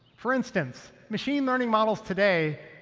for instance, machine learning models today,